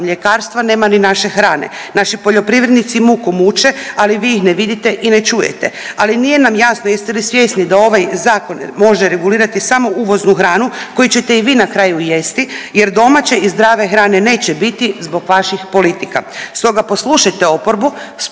mljekarstva nema ni naše hrane. Naši poljoprivrednici muku muče, ali vi ih ne vidite i ne čujete. Ali nije nam jasno jeste li svjesni da ovaj zakon može regulirati samo uvoznu hranu koju ćete i vi na kraju jesti, jer domaće i zdrave hrane neće biti zbog vaših politika. Stoga poslušajte oporbu,